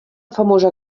famosa